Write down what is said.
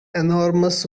enormous